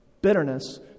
Bitterness